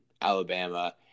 Alabama